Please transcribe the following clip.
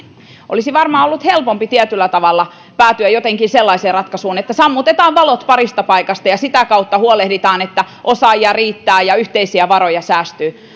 olisi varmaan ollut helpompi tietyllä tavalla päätyä jotenkin sellaiseen ratkaisuun että sammutetaan valot parista paikasta ja sitä kautta huolehditaan että osaajia riittää ja yhteisiä varoja säästyy